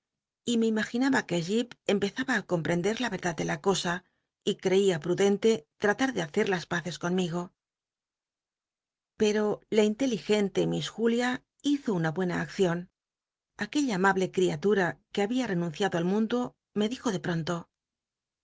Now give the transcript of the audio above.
y me imaginaba que ji p empezaba á compcndc la vcrclacl de la cosa y crcia pruden te trata r de hacer las paces conmigo pero la inteligente miss julia hizo una buena accion aquella amable criatura que babia enunciado al mundo me dijo de pronto